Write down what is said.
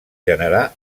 generar